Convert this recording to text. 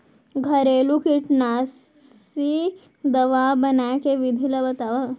घरेलू कीटनाशी दवा बनाए के विधि ला बतावव?